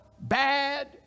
bad